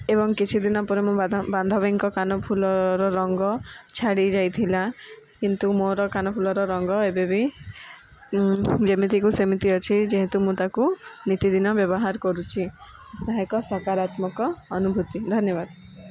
ଏବଂ କିଛିଦିନ ପରେ ମୁଁ ବାନ୍ଧ ବାନ୍ଧବୀଙ୍କ କାନଫୁଲର ରଙ୍ଗ ଛାଡ଼ି ଯାଇଥିଲା କିନ୍ତୁ ମୋର କାନଫୁଲର ରଙ୍ଗ ଏବେବି ଯେମିତିକୁ ସେମିତି ଅଛି ଯେହେତୁ ମୁଁ ତାକୁ ନିତିଦିନ ବ୍ୟବହାର କରୁଛି ଏହା ଏକ ସକାରାତ୍ମକ ଅନୁଭୂତି ଧନ୍ୟବାଦ